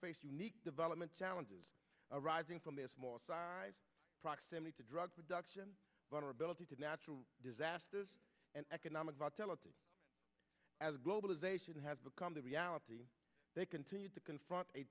face unique development challenges arising from their small size proximity to drug production water ability to natural disasters and economic vitality as globalization has become the reality they continue to confront a